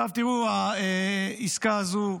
תראו, העסקה הזו,